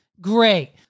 great